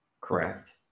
Correct